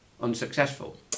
unsuccessful